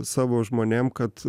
savo žmonėm kad